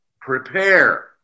prepare